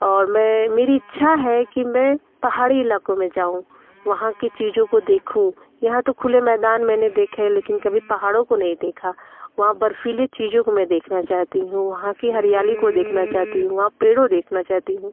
और मैं मेरी इच्छा है कि मैं पहाड़ी इलाकों में जाऊँ वहाँ की चीज़ों को देखूँ यहाँ तो खुले मैदान मैंने देखें हैं लेकिन कभी पहाड़ों को नहीं देखा वहाँ बर्फीली चीज़ों को मैं देखना चाहती हूँ वहाँ की हरियाली को देखना चाहती हूँ वहाँ पेड़ों देखना चाहती हूँ